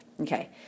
Okay